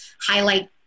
highlight